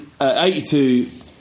82